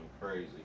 crazy